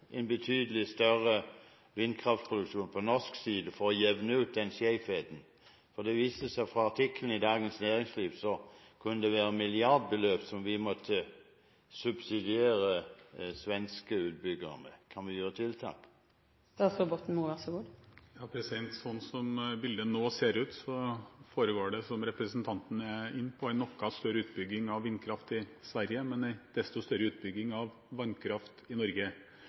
en betydelig større vindkraftproduksjon på norsk side for å jevne ut den skjevheten? Det viser seg fra artikkelen i Dagens Næringsliv at det kunne være milliardbeløp som vi måtte subsidiere svenske utbyggere med. Kan vi gjøre tiltak? Sånn som bildet nå ser ut, foregår det, som representanten var inne på, en noe større utbygging av vindkraft i Sverige, men en desto større utbygging av vannkraft i Norge.